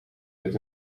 met